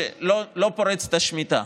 שלא פורצת השביתה,